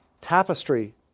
tapestry